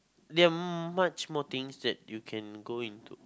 there are much more things that you can go into